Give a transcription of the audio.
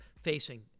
facing